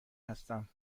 هستم